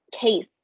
case